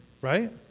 Right